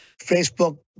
Facebook